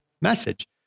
message